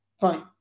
Fine